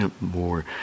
more